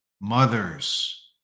mothers